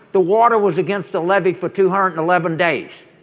the water was against the levee for two hundred eleven days.